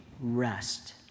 rest